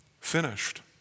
Finished